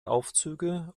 aufzüge